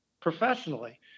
professionally